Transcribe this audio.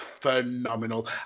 phenomenal